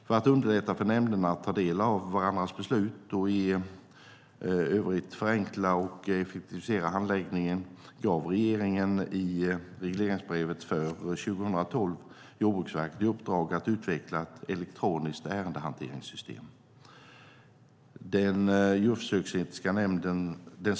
För att underlätta för nämnderna att ta del av varandras beslut och i övrigt förenkla och effektivisera handläggningen gav regeringen i regleringsbrevet för 2012 Jordbruksverket i uppdrag att utveckla ett elektroniskt ärendehanteringssystem.